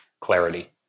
clarity